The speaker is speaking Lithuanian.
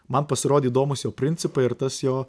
man pasirodė įdomūs jo principai ir tas jo